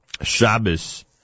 Shabbos